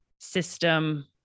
system